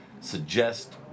suggest